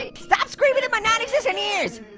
stop screaming in my non-existent ears.